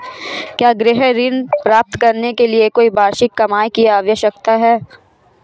क्या गृह ऋण प्राप्त करने के लिए कोई वार्षिक कमाई की आवश्यकता है?